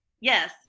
Yes